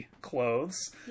clothes